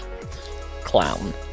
Clown